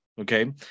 Okay